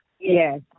Yes